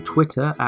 Twitter